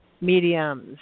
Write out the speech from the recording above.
mediums